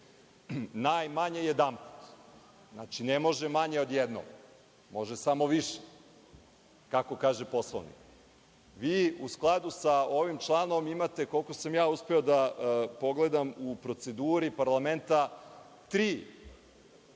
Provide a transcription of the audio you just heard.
Najmanje jedanput, znači, ne može manje od jednom, može samo više, kako kaže Poslovnik. Vi u skladu sa ovim članom imate, koliko sam uspeo da pogledam, u proceduri parlamenta tri